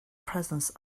presence